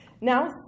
Now